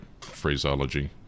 phraseology